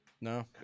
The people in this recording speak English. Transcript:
No